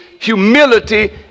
Humility